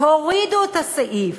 הורידו את הסעיף,